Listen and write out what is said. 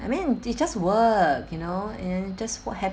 I mean it just work you know and just work